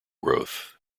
growth